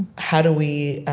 how do we